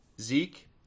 Zeke